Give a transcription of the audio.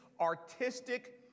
artistic